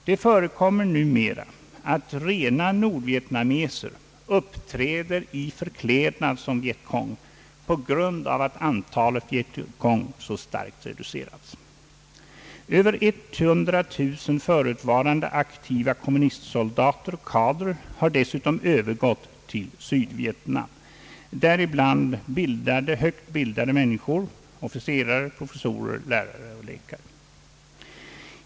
Det förekommer numera att nordvietnameser uppträder i förklädnad som vietcong, på grund av att antalet vietcongagenter så starkt reducerats. Över 100 000 förutvarande aktiva kommunistsoldater, hela kadrer, har dessutom övergått till Sydvietnam, däribland högt bildade människor, officerare, professorer, lärare, läkare.